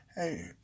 Hey